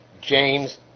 James